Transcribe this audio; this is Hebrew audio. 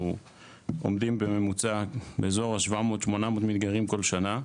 עומדים בממוצע באזור ה-700-800 מתגיירים כל שנה.